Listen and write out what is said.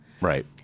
right